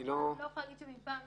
אני לא יכולה להגיד שמפעם לפעם.